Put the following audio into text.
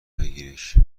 بگیرش